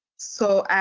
so,